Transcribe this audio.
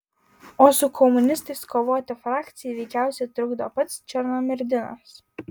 o su komunistais kovoti frakcijai veikiausiai trukdo pats černomyrdinas